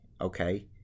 okay